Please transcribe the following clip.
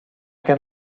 can